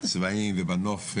בצבעים ובנוף.